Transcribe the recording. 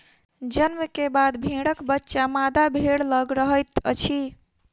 जन्म के बाद भेड़क बच्चा मादा भेड़ लग रहैत अछि